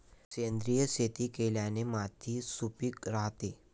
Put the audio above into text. सेंद्रिय शेती केल्याने माती सुपीक राहते